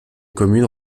communes